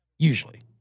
Usually